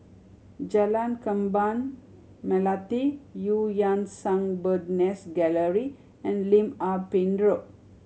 Jalan Kembang Melati Eu Yan Sang Bird Nest Gallery and Lim Ah Pin Road